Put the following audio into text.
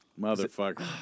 Motherfucker